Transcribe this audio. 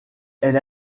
elle